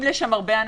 הרבה אנשים.